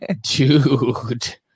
dude